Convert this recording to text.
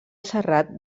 serrat